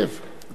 לצערי הרב,